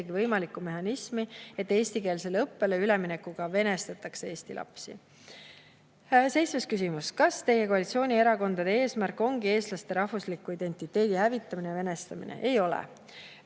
võimalikku mehhanismi, et eestikeelsele õppele üleminekuga venestatakse eesti lapsi. Seitsmes küsimus: "Kas teie ja koalitsioonierakondade eesmärk ongi eestlaste rahvusliku identiteedi hävitamine ja venestamine?" Ei ole.